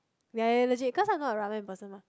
ya ya legit cause I'm not a ramen person ah